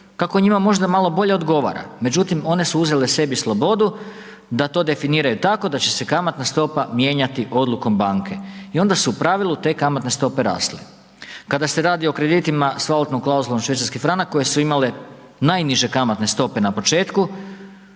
kako njima možda malo bolje odgovara. Međutim, one su uzele sebi slobodu da to definiraju tako da će se kamatna stopa mijenjati odlukom banke i onda su u pravilu te kamatne stope rasle. Kada se radi o kreditima s valutnom klauzulom švicarski franak koje su imale najniže kamatne stope na početku